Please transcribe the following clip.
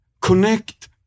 connect